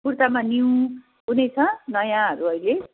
कुर्तामा new कुनै छ नयाँहरू अहिले